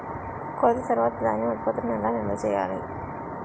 కోత తర్వాత ధాన్యం ఉత్పత్తులను ఎలా నిల్వ చేయాలి?